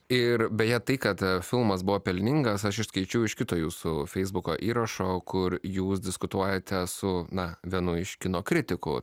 ir beje tai kad filmas buvo pelningas aš išskaičiau iš kito jūsų feisbuko įrašo kur jūs diskutuojate su na vienu iš kino kritikų